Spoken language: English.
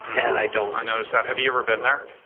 and i don't i noticed that, have you ever been there?